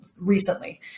recently